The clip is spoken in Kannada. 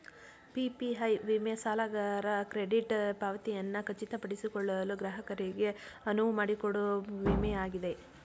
ಪಿ.ಪಿ.ಐ ವಿಮೆ ಸಾಲಗಾರ ಕ್ರೆಡಿಟ್ ಪಾವತಿಯನ್ನ ಖಚಿತಪಡಿಸಿಕೊಳ್ಳಲು ಗ್ರಾಹಕರಿಗೆ ಅನುವುಮಾಡಿಕೊಡೊ ವಿಮೆ ಆಗಿದೆ